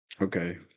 Okay